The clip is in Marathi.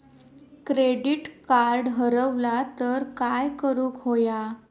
क्रेडिट कार्ड हरवला तर काय करुक होया?